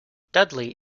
dudley